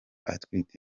atwite